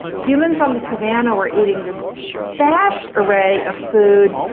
humans on the savannah were eating this vast array of food,